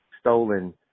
stolen